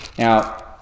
Now